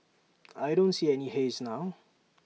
I don't see any haze now